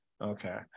Okay